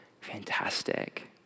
fantastic